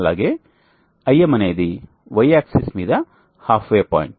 అలాగే IM అనేది Y axis మీద హాఫ్ వే పాయింట్